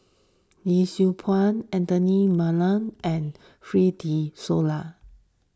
Yee Siew Pun Anthony Miller and Fred De Souza